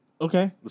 okay